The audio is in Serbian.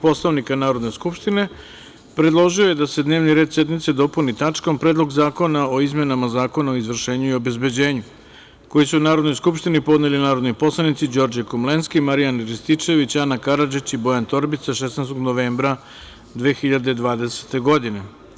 Poslovnika, predložio je da se dnevni red sednice dopuni tačkom Predlog zakona o izmenama Zakona o izvršenju i obezbeđenju, koji su Narodnoj skupštini podneli narodni poslanici Đorđe Komlenski, Marijan Rističević, Ana Karadžić i Bojan Torbica 16. novembra 2020. godine.